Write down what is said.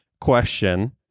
question